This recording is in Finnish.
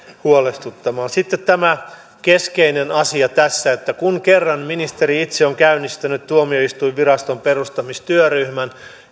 huolestuttavaa sitten tämä keskeinen asia tässä kun kerran ministeri itse on käynnistänyt tuomioistuinviraston perustamistyöryhmän